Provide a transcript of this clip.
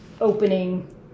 opening